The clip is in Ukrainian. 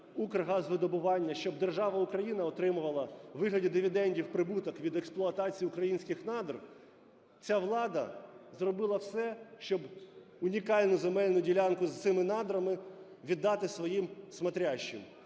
щоб держава Україна отримувала у вигляді дивідендів прибуток від експлуатації українських надр, ця влада зробила все, щоб унікальну земельну ділянку з цими надрами віддати своїм "смотрящим".